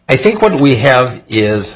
i think when we have is